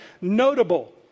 notable